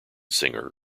singer